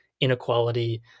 inequality